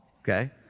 okay